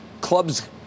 club's